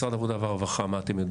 משרד העבודה והרווחה, מה אתם יודעים?